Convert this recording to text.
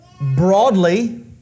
Broadly